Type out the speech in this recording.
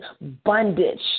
bondage